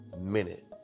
minute